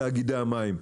לתאגידי המים.